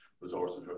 resources